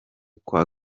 kwa